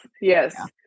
Yes